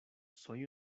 soy